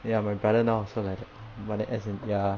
ya my brother now also like that but then as in ya